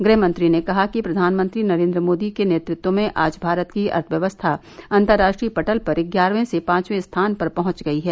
गृह मंत्री ने कहा कि प्रधानमंत्री नरेंद्र मोदी के नेतृत्व में आज भारत की अर्थव्यवस्था अंतराष्ट्रीय पटल पर ग्यारहवें से पांचवें स्थान पर पहुंच गई है